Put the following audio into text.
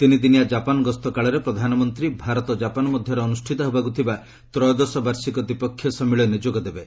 ତିନିଦିନିଆ କାପାନ୍ ଗସ୍ତକାଳରେ ପ୍ରଧାନମନ୍ତ୍ରୀ ଭାରତ ଜାପାନ୍ ମଧ୍ୟରେ ଅନୁଷ୍ଠିତ ହେବାକୁ ଥିବା ତ୍ରୟୋଦଶ ବାର୍ଷିକ ଦ୍ୱିପକ୍ଷୀୟ ସମ୍ମିଳନୀରେ ଯୋଗ ଦେବେ